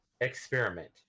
experiment